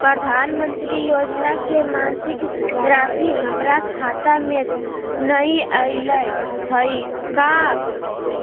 प्रधानमंत्री योजना के मासिक रासि हमरा खाता में नई आइलई हई, का